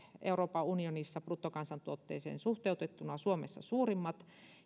euroopan unionissa bruttokansantuotteeseen suhteutettuna suurimmat